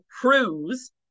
cruise